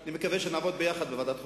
אני מקווה שנעבוד ביחד בוועדת החוקה.